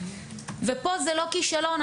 פה זה לא כישלון.